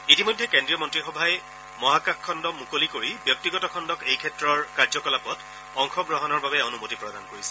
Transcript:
ইতিমধ্যে কেন্দ্ৰীয় মন্ত্ৰীসভাই মহাকাশখণ্ড মুকলি কৰি ব্যক্তিগত খণ্ডক এইক্ষেত্ৰৰ কাৰ্যকলাপত অংশগ্ৰহণৰ বাবে অনুমতি প্ৰদান কৰিছে